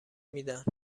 میدن